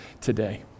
today